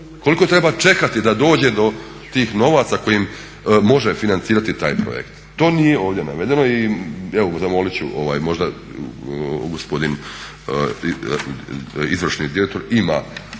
koliko treba čekati da dođe do tih novaca kojim može financirati taj projekt. To nije ovdje navedeno i evo zamolit ću možda gospodin izvršni direktor ima